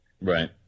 Right